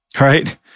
Right